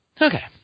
okay